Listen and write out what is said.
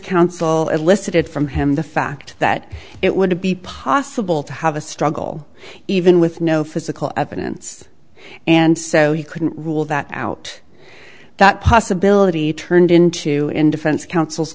counsel elicited from him the fact that it would be possible to have a struggle even with no physical evidence and so he couldn't rule that out that possibility turned into in defense counsel's